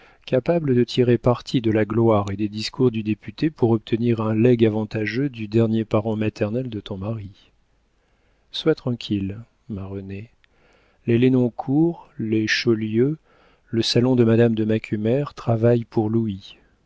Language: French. capable de tirer parti de la gloire et des discours du député pour obtenir un legs avantageux du dernier parent maternel de ton mari sois tranquille ma renée les lenoncourt les chaulieu le salon de madame de macumer travaillent pour